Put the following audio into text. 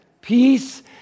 peace